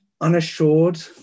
unassured